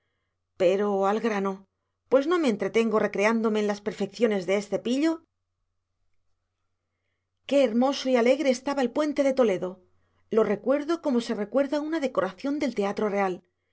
pero al grano pues no me entretengo recreándome en las perfecciones de ese pillo qué hermoso y alegre estaba el puente de toledo lo recuerdo como se recuerda una decoración del teatro real